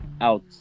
out